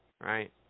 right